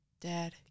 dad